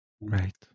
Right